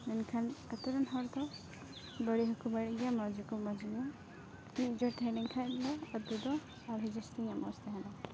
ᱢᱮᱱᱠᱷᱟᱱ ᱟᱛᱳ ᱨᱮᱱ ᱦᱚᱲ ᱫᱚ ᱵᱟᱹᱲᱤᱡ ᱦᱚᱸ ᱠᱚ ᱵᱟᱹᱲᱤᱡ ᱜᱮᱭᱟ ᱢᱚᱡᱽ ᱦᱚᱸ ᱠᱚ ᱢᱚᱡᱽ ᱜᱮᱭᱟ ᱢᱤᱫ ᱡᱳᱴ ᱛᱟᱦᱮᱸ ᱞᱮᱱ ᱠᱷᱟᱡ ᱫᱚ ᱟᱛᱳ ᱫᱚ ᱟᱨᱦᱚᱸ ᱡᱟᱹᱥᱛᱤ ᱧᱚᱜ ᱢᱚᱡᱽ ᱛᱟᱦᱮᱱᱟ